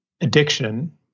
addiction